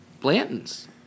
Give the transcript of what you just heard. Blanton's